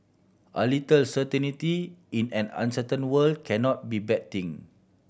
a little certainty in an uncertain world cannot be bad thing